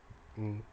mm